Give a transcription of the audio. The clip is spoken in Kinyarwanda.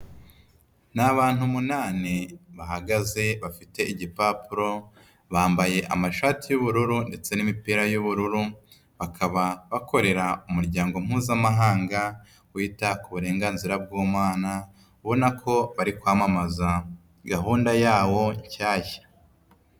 Ni abantu umunani bahagaze bafite igipapuro, bambaye amashati y'ubururu ndetse n'imipira y'ubururu, bakaba bakorera umuryango Mpuzamahanga wita ku burenganzira bw'umwana, ubona ko bari kwamamaza gahunda yawo nshyashya.